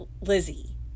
Lizzie